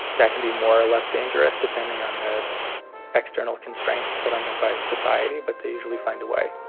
that can be more or less dangerous depending on the external constraints put on them by society. but they usually find a way